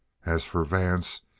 as for vance,